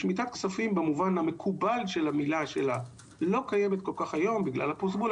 שמיטת כספים במובן המקובל של המילה לא קיימת כל כך היום בגלל הפרוזבול.